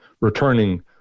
returning